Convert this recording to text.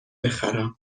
بخرم